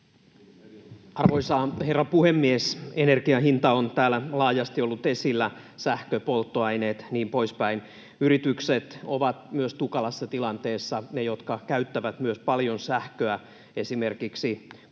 Arvoisa herra puhemies! Energian hinta on täällä laajasti ollut esillä, sähkö, polttoaineet, niin pois päin. Yritykset ovat myös tukalassa tilanteessa, ne, jotka käyttävät myös paljon sähköä, esimerkiksi kuntosalit,